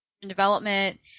development